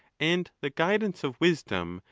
and the guidance of wisdom,